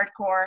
hardcore